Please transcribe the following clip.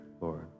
Lord